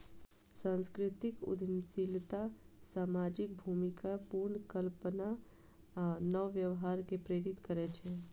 सांस्कृतिक उद्यमशीलता सामाजिक भूमिका पुनर्कल्पना आ नव व्यवहार कें प्रेरित करै छै